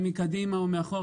מקדימה או מאחורה.